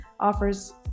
offers